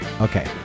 Okay